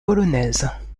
polonaise